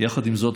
יחד עם זאת,